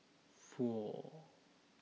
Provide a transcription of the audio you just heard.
four